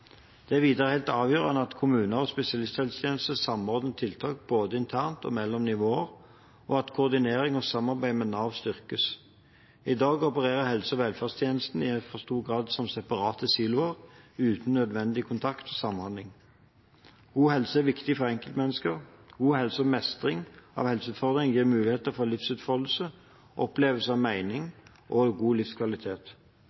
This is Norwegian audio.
Det er videre helt avgjørende at kommuner og spesialisthelsetjeneste samordner tiltak både internt og mellom nivåer, og at koordinering og samarbeid med Nav styrkes. I dag opererer helse- og velferdstjenestene i for stor grad i separate siloer, uten nødvendig kontakt og samhandling. God helse er viktig for enkeltmennesker. God helse og mestring av helseutfordringer gir mulighet for livsutfoldelse, opplevelse av mening og god livskvalitet.